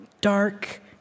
dark